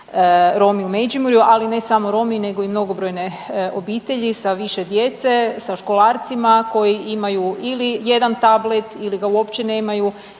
Romi u Međimurju. Ali ne samo Romi, nego i mnogobrojne obitelji sa više djece, sa školarcima koji imaju ili jedan tablet ili ga uopće nemaju,